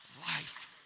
life